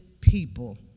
people